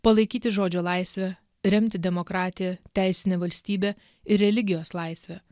palaikyti žodžio laisvę remti demokratiją teisinę valstybę ir religijos laisvę